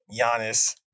Giannis